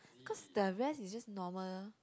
cause the rest is just normal